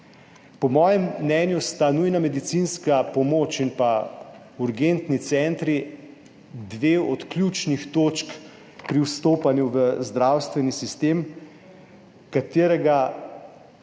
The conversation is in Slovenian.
Po mojem mnenju sta nujna medicinska pomoč in pa urgentni centri dve od ključnih točk pri vstopanju v zdravstveni sistem, katerega,